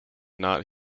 not